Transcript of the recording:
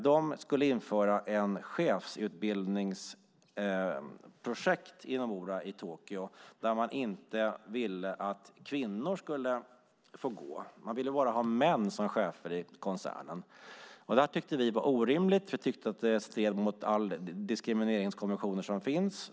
De skulle införa ett chefsutbildningsprojekt i Nomura i Tokyo där de inte ville att kvinnor skulle få ingå. Man ville bara ha män som chefer i koncernen. Det tyckte vi var orimligt. Vi tyckte att det stred mot alla diskrimineringskonventioner som fanns.